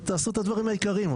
תעשו את הדברים העיקריים,